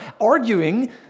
arguing